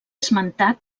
esmentat